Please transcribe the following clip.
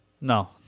no